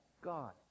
God